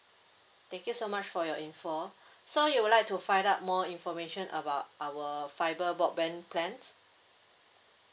thank you so much for your info so you would like to find out more information about our fibre broadband plans